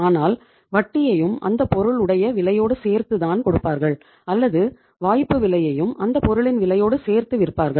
ஆனால் வட்டியையும் அந்த பொருள் உடைய விலையோடு சேர்த்து தான் கொடுப்பார்கள் அல்லது வாய்ப்பு விலையையும் அந்தப் பொருளின் விலையோடு சேர்த்து விற்பார்கள்